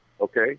okay